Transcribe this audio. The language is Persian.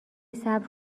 صبر